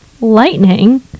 Lightning